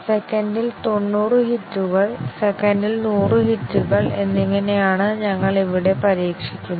സെക്കൻഡിൽ 90 ഹിറ്റുകൾ സെക്കൻഡിൽ 100 ഹിറ്റുകൾ എന്നിങ്ങനെയാണ് ഞങ്ങൾ ഇവിടെ പരീക്ഷിക്കുന്നത്